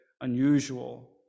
unusual